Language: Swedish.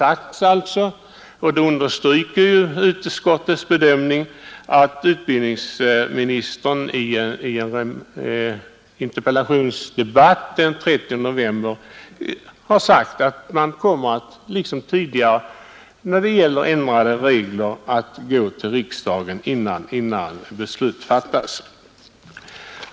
Utskottets bedömning understryks av att utbildningsministern i en interpellationsdebatt den 30 november har förklarat att man när det gäller ändrade regler liksom tidigare kommer att gå till riksdagen, innan beslut fattas.